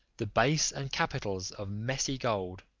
the base and capitals of messy gold